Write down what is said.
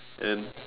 and